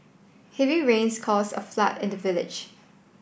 heavy rains cause a flood in the village